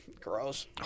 Gross